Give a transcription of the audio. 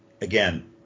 again